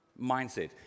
mindset